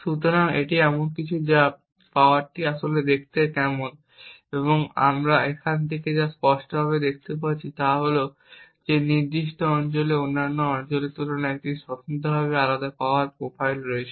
সুতরাং এটি এমন কিছু যা পাওয়ারটি আসলে দেখতে কেমন এবং আমরা এখান থেকে যা স্পষ্টভাবে দেখতে পাচ্ছি তা হল যে নির্দিষ্ট অঞ্চলে অন্যান্য অঞ্চলের তুলনায় একটি স্বতন্ত্রভাবে আলাদা পাওয়ার প্রোফাইল রয়েছে